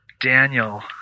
Daniel